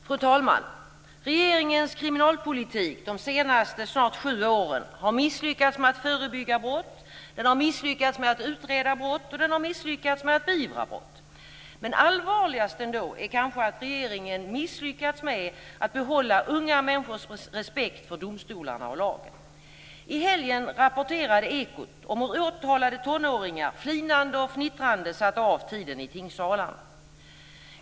Fru talman! Regeringens kriminalpolitik de senaste snart sju åren har misslyckats med att förebygga brott, den har misslyckats med att utreda brott och den har misslyckats med att beivra brott. Men allvarligast ändå är kanske att regeringen misslyckats med att behålla unga människors respekt för domstolarna och lagen. I helgen rapporterade Ekot om hur åtalade tonåringar flinande och fnittrande satt av tiden i tingssalarna.